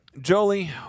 Jolie